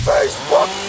Facebook